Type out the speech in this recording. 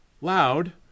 loud